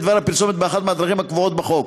דבר הפרסומת באחת מהדרכים הקבועות בחוק.